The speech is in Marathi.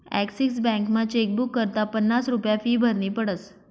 ॲक्सीस बॅकमा चेकबुक करता पन्नास रुप्या फी भरनी पडस